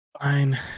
Fine